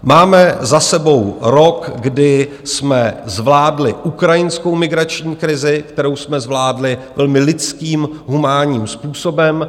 Máme za sebou rok, kdy jsme zvládli ukrajinskou migrační krizi, kterou jsme zvládli velmi lidským, humánním způsobem.